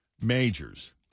majors